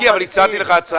מיקי, אבל הצעתי לך הצעה.